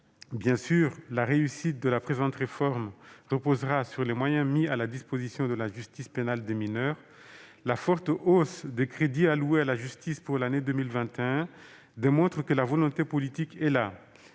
Bien sûr, la réussite de la présente réforme reposera sur les moyens mis à la disposition de la justice pénale des mineurs. La forte hausse des crédits alloués à la justice pour l'année 2021 démontre que la volonté politique est là.